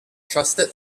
trusted